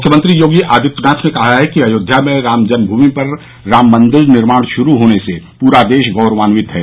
मुख्यमंत्री योगी आदित्यनाथ ने कहा है कि अयोध्या में जन्मभूमि पर राम मंदिर निर्माण शुरू होने से पूरा देश गौरवान्वित है